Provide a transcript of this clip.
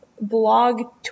blog